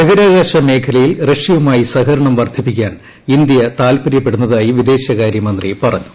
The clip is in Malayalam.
ബഹിരാകാശ മേഖലയിൽ റഷ്യയുമായി സഹകരണം വർദ്ധിപ്പിക്കാൻ ഇന്തൃ താൽപര്യപ്പെടുന്നതായി വിദേശകാര്യമന്ത്രി പറഞ്ഞു